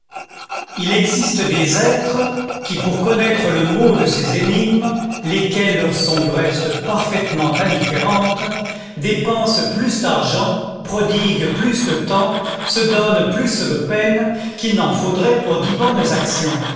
il existe des êtres qui pour connaître le mot de ces énigmes lesquelles leur sont du reste parfaitement indifférentes dépensent plus d'argent prodiguent plus de temps se donnent plus de peine qu'il n'en faudrait pour dix bonnes actions